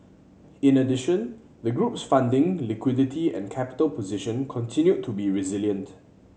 in addition the group's funding liquidity and capital position continued to be resilient